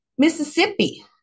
Mississippi